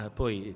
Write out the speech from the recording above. poi